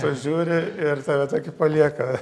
tu žiūri ir tave tokį palieka